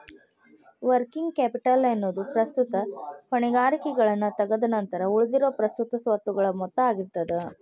working capital ಎನ್ನೊದು ಪ್ರಸ್ತುತ ಹೊಣೆಗಾರಿಕೆಗಳನ್ನ ತಗದ್ ನಂತರ ಉಳಿದಿರೊ ಪ್ರಸ್ತುತ ಸ್ವತ್ತುಗಳ ಮೊತ್ತ ಆಗಿರ್ತದ